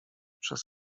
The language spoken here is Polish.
przez